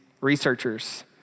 researchers